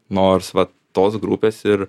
nors va tos grupės ir